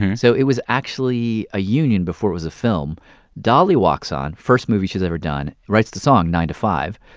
so it was actually a union before it was a film dolly walks on first movie she's ever done writes the song, nine to five,